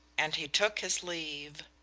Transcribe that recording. and he took his leave.